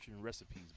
recipes